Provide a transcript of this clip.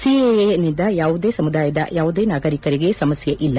ಸಿಎಎನಿಂದ ಯಾವುದೇ ಸಮುದಾಯದ ಯಾವುದೇ ನಾಗರಿಕರಿಗೆ ಸಮಸ್ಯೆ ಇಲ್ಲ